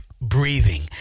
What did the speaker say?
breathing